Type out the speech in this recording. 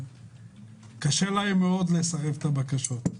קשה להם מאוד לסרב לבקשות.